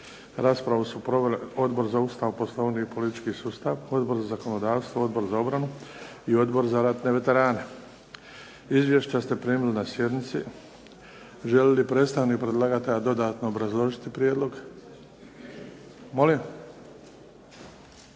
Raspravu su proveli Odbor za Ustav, Poslovnik i politički sustav, Odbor za zakonodavstvo, Odbor za obranu i Odbor za ratne veterane. Izvješća ste primili na sjednici. Želi li predstavnik predlagatelja dodatno obrazložiti prijedlog? Molim?